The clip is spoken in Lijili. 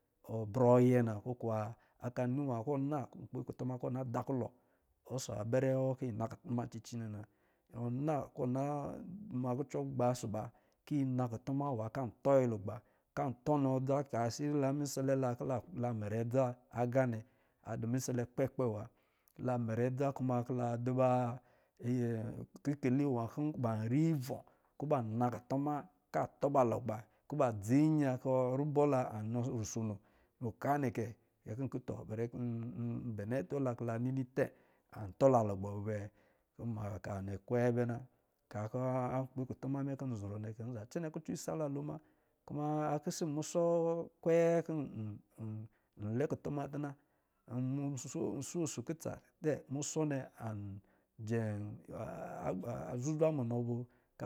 Wɔ brɔ yɛ na kokuwa aka nɔ nwa kɔ̄ ɔ na nkpi kutuma kɔ̄ ɔ da kulɔ ɔsɔ̄ abɛrɛ wɔ kɔ̄ yi na kutuma cici nnɛ na, ɔna kɔ̄ na makacɔ wɔ gba ɔsɔ̄ ba kɔ̄ yina nakuma nwa kɔ̄ an tɔ yi lugba nnɛ, ka tɔ nɔ adza ka risi la misalɛ la kɔ̄ la mir dza agā nnɛ adɔ̄ misala kpɛkpa wa la mɛrɛ adza kuma kɔ̄ la dɔ ba kikɛlinwa kɔ̄ ivɔ kɔ̄ ba na kutuma ka tɔbalugba kɔ̄ ba dra nya kɔ̄ kɔ̄ rabɔ la anɔ rusono oka nnɛ kɛ, kɛ kɔ̄ nkɔ̄ tɔ bɛri kɔ̄ nbɛnɛ ata la kɔ̄ la nni tɛ antɔ la lugba bɔ bɛ kɔ̄ nma oka vnwa nnɛ kwe bɛ na ka kucɔ kutuna me kɔ̄ dɔ zɔrɔ nnɛ kɛ nza cɛnkuc, isala lomuna kuma akisi mub kwe kɔ̄ nlɛ kutuma tena n sho si kutsa tɛ musɔ nnɛ an jɛ zuzwa munɔ bɔ wo